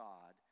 God